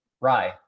Rye